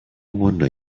wonder